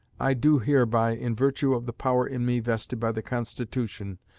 i do hereby, in virtue of the power in me vested by the constitution,